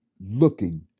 looking